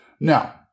Now